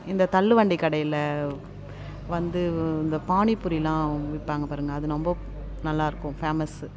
இந்த தள்ளுவண்டிக் கடையில் வந்து இந்த பானிப்பூரிலாம் விற்பாங்க பாருங்கள் அது ரொம்ப நல்லாயிருக்கும் ஃபேமஸு